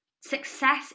Success